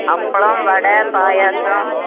அப்பளம் வடை பாயாசம்